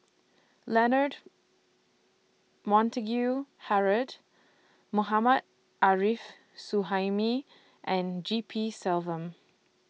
Leonard Montague Harrod Mohammad Arif Suhaimi and G P Selvam